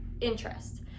interest